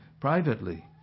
privately